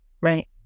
Right